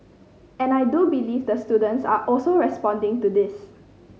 and I do believe the students are also responding to this